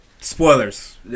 Spoilers